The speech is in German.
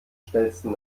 schnellsten